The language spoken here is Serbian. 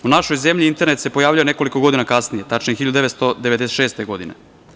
U našoj zemlji internet se pojavio nekoliko godina kasnije, tačnije 1996. godine.